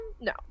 no